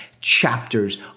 chapters